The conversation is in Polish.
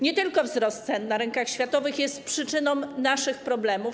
Nie tylko wzrost cen na rynkach światowych jest przyczyną naszych problemów.